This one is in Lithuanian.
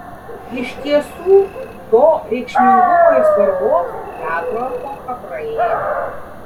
iš tiesų to reikšmingumo ir svarbos teatro epocha praėjo